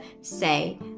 say